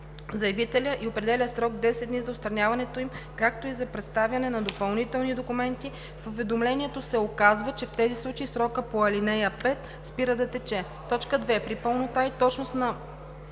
заявителя и определя срок 10 дни за отстраняването им, както и за предоставяне на допълнителни документи; в уведомлението се указва, че в тези случаи срокът по ал. 5 спира да тече; 2. при пълнота и точност на